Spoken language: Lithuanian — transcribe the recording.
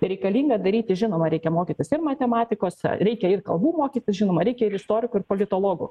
reikalinga daryti žinoma reikia mokytis ir matematikos reikia ir kalbų mokytis žinoma reikia ir istorikų ir politologų